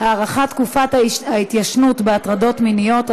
הארכת תקופת ההתיישנות בהטרדות מיניות),